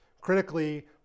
critically